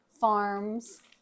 farms